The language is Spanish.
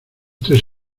tres